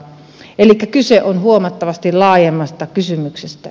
elikkä kyse on huomattavasti laa jemmasta kysymyksestä